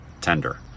tender